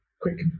quick